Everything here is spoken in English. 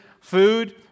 food